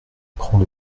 prend